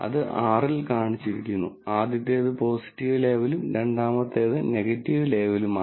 അത് R ൽ കാണിച്ചിരിക്കുന്നു ആദ്യത്തേത് പോസിറ്റീവ് ലേബലും രണ്ടാമത്തേത് നെഗറ്റീവ് ലേബലുമാണ്